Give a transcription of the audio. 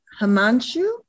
Himanshu